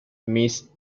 miss